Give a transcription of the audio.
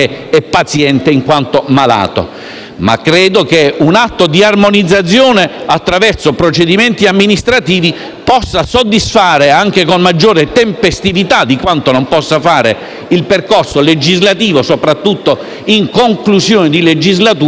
Credo che un atto di armonizzazione attraverso procedimenti amministrativi possa soddisfare - anche con maggiore tempestività di quanto non possa fare il percorso legislativo, soprattutto in conclusione di legislatura - gli obiettivi che noi intendiamo porci